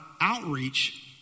outreach